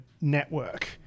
network